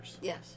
Yes